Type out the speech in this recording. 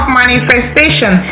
manifestation